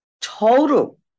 total